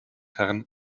herren